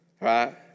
right